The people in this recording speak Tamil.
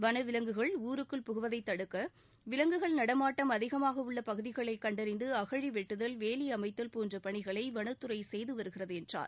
வளவிலங்குகள் ஊருக்குள் புகுவதை தடுக்க விலங்குகள் நடமாட்டம் அதிகமாகவுள்ள பகுதிகளைக் கண்டறிந்து அகழி வெட்டுதல் வேலி அமைத்தல் போன்ற பணிகளை வனத்துறை செய்து வருகிறது என்றார்